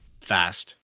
Fast